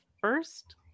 first